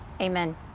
amen